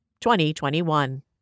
2021